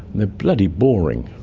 they're bloody boring.